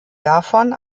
davon